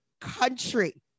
country